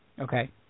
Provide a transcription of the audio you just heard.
Okay